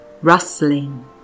rustling